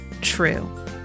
true